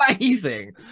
amazing